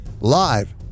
live